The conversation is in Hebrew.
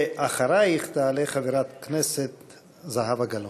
אחרייך תעלה חברת הכנסת זהבה גלאון.